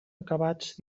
acabats